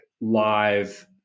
live